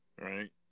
right